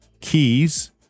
Keys